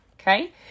Okay